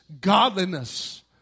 godliness